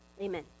amen